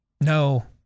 No